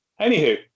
anywho